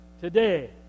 today